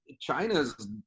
china's